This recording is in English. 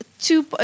two